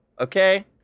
Okay